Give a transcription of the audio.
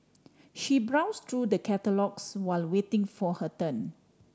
she browse through the catalogues while waiting for her turn